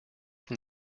from